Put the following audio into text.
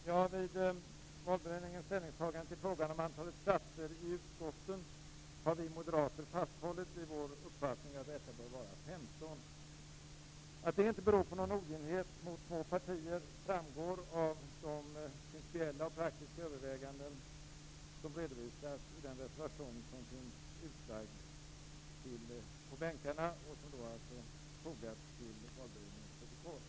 Fru talman! Vid valberedningens ställningstagande till frågan om antalet platser i utskotten har vi moderater fasthållit vid vår uppfattning att detta bör vara 15. Att det inte beror på någon oginhet mot små partier framgår av de principiella och praktiska överväganden som redovisas i den reservation som finns utlagd på bänkarna och som fogats till valberedningens protokoll.